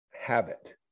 habit